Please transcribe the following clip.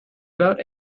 about